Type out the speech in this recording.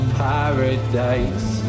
paradise